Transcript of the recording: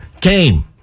came